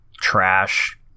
trash